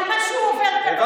אני אוהבת שאתה אומר לי: